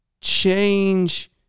change